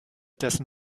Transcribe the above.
dessen